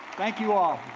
thank you all.